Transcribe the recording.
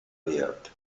wert